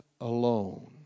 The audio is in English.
alone